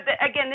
again